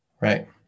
right